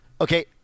Okay